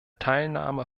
teilnahme